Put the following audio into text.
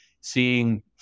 seeing